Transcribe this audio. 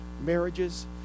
marriages